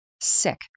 sick